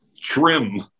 trim